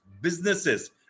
businesses